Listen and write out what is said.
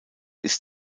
ist